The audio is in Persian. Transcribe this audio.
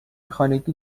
خانگی